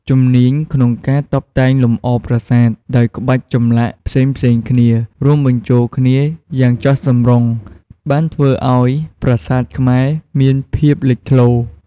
ជំនាញក្នុងការតុបតែងលម្អប្រាសាទដោយក្បាច់ចម្លាក់ផ្សេងៗគ្នា រួមបញ្ចូលគ្នាយ៉ាងចុះសម្រុង បានធ្វើឱ្យប្រាសាទខ្មែរមានភាពលេចធ្លោរ។